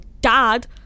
dad